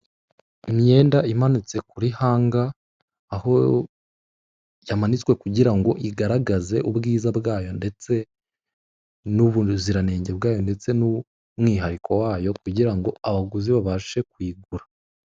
Imyenda imanitse kuri hanga, aho yamanitswe kugira ngo igaragaze, ubwiza bwayo ndetse n'ubuziranenge bwayo ndetse n'umwihariko wayo kugira ngo abaguzi babashe kuyigura.